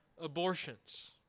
abortions